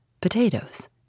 potatoes